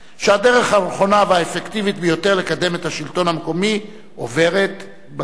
שהדרך הנכונה והאפקטיבית ביותר לקדם את השלטון המקומי עוברת בכנסת.